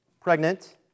pregnant